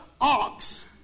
ox